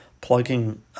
plugging